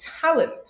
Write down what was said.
talent